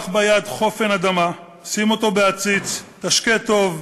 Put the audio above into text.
קח ביד חופן אדמה, שים אותו בעציץ, תשקה טוב,